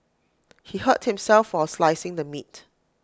he hurt himself while slicing the meat